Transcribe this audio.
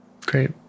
great